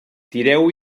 tireu